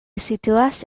situas